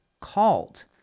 called